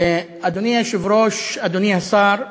אדוני היושב-ראש, אדוני השר,